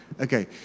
Okay